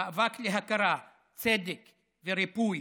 המאבק להכרה, צדק וריפוי,